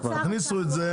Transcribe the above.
תכניסו את זה,